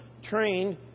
trained